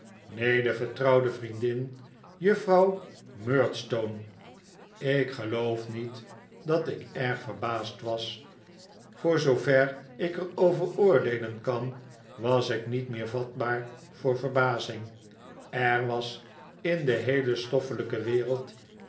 de vertrouwde vriendin juffrouw murdstone ik geloof niet dat ik erg verbaasd was voor zoover ik er over oordeelen kan was ik niet meer vatbaar voor verbazing er was in de heele stoffelijke wereld